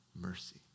mercy